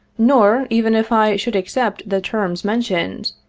nor, even if i should accept the terms mentioned,